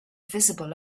visible